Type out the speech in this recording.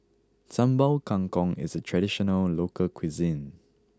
Sambal Kangkong is traditional local cuisine